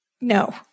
No